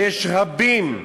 שיש רבים,